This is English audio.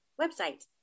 website